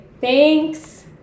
Thanks